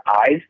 eyes